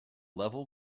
level